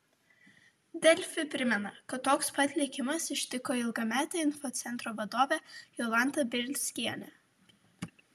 delfi primena kad toks pat likimas ištiko ilgametę infocentro vadovę jolantą bielskienę